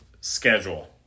schedule